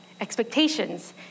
expectations